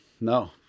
No